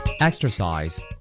Exercise